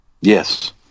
Yes